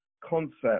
concept